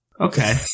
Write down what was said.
Okay